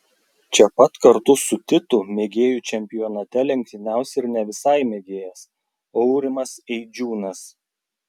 čia pat kartu su titu mėgėjų čempionate lenktyniaus ir ne visai mėgėjas aurimas eidžiūnas